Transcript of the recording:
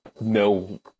no